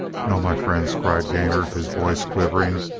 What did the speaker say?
no, my friends, cried gainor, his voice quivering,